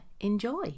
enjoy